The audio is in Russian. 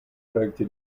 проекте